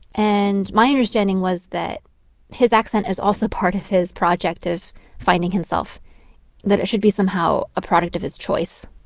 and my understanding was that his accent is also part of his project of finding himself that it should be somehow a product of his choice,